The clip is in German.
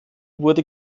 wurde